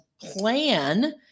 plan